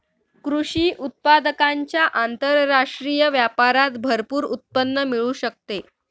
कृषी उत्पादकांच्या आंतरराष्ट्रीय व्यापारात भरपूर उत्पन्न मिळू शकते